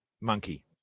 monkey